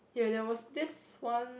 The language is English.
ya there was this one